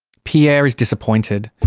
pierre is disappointed.